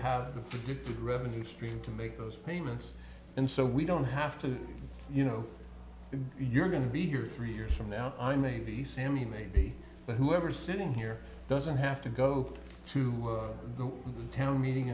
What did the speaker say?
a revenue stream to make those payments and so we don't have to you know if you're going to be here three years from now i may be sammy maybe but whoever sitting here doesn't have to go to the town meeting